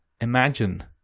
imagine